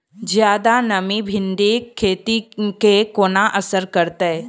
जियादा नमी भिंडीक खेती केँ कोना असर करतै?